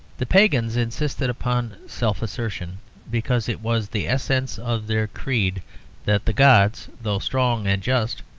the pagans insisted upon self-assertion because it was the essence of their creed that the gods, though strong and just,